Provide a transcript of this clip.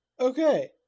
Okay